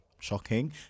Shocking